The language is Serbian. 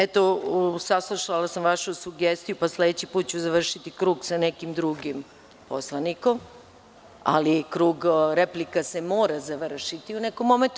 Eto, saslušala sam vašu sugestiju pa sledeći put ću završiti krug sa nekim drugim poslanikom, ali krug replika se mora završiti u nekom momentu.